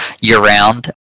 year-round